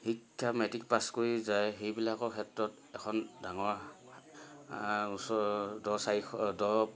শিক্ষা matric pass কৰি যায় সেইবিলাকৰ ক্ষেত্ৰত এখন ডাঙৰ ওচৰ দহ চাৰিশ দহ